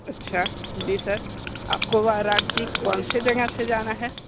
अच्छा जी सर आपको वाराणसी कौन से जगह से जाना है